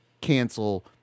cancel